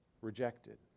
rejected